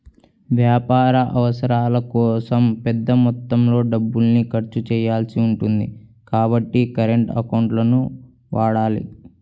వ్యాపార అవసరాల కోసం పెద్ద మొత్తంలో డబ్బుల్ని ఖర్చు చేయాల్సి ఉంటుంది కాబట్టి కరెంట్ అకౌంట్లను వాడాలి